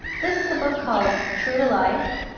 this is a book called true to life.